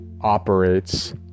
operates